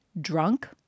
Drunk